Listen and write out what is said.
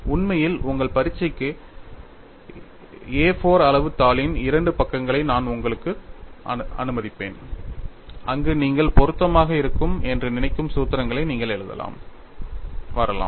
உண்மையில் உங்கள் பரீட்சைக்கு A4 அளவு தாளின் இரண்டு பக்கங்களை நான் உங்களுக்கு அனுமதிப்பேன் அங்கு நீங்கள் பொருத்தமாக இருக்கும் என்று நினைக்கும் சூத்திரங்களை நீங்கள் எழுதலாம் வரலாம்